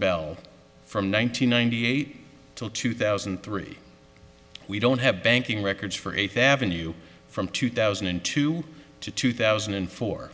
bell from one nine hundred ninety eight to two thousand and three we don't have banking records for eighth avenue from two thousand and two to two thousand and four